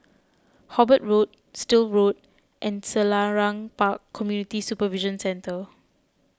Hobart Road Still Road and Selarang Park Community Supervision Centre